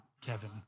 Kevin